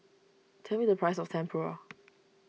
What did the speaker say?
tell me the price of Tempura